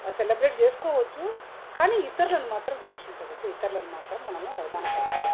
celebrate చేసుకోవచ్చు కానీ ఇతరులను మాత్రం ద్వేషించకూడదు ఇతరులను మాత్రం మనము అవమానపరచకూడదు